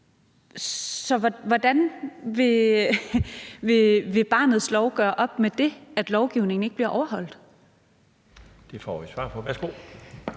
Så hvordan vil barnets lov gøre op med det, at lovgivningen ikke bliver overholdt? Kl. 12:31 Den fg. formand